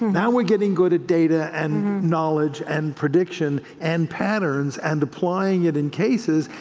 now we're getting good at data and knowledge and prediction and patterns and applying it in cases.